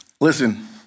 Listen